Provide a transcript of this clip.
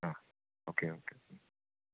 ah okay okay